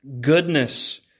goodness